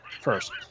First